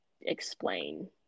explain